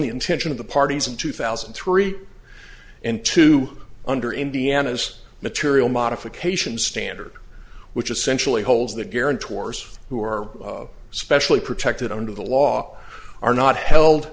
the intention of the parties in two thousand and three and two under indiana's material modification standard which essentially holds that guarantors who are specially protected under the law are not held